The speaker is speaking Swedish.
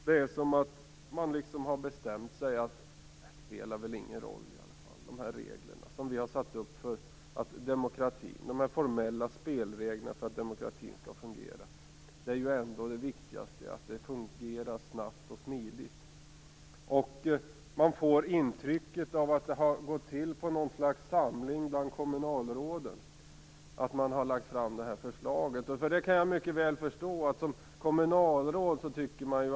Det är som om man har bestämt sig för "att det spelar väl ingen roll med de formella spelreglerna för att demokratin skall fungera. Det viktiga är att det hela fungerar snabbt och smidigt." Det intryck som ges är att förslaget har lagts fram av kommunalråd.